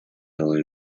дало